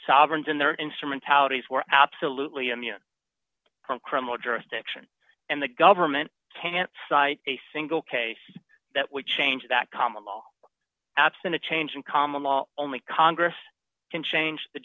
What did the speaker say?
sovereigns in their instruments out is were absolutely immune from criminal jurisdiction and the government can't cite a single case that would change that common law absent a change in common law only congress can change the